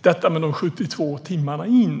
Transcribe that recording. detta med de 72 timmarna in.